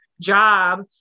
job